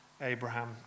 Abraham